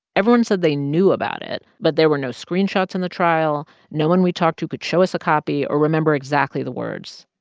everyone said they knew about it, but there were no screenshots in the trial. no one we talked to could show us a copy or remember exactly the words.